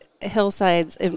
hillsides